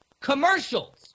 Commercials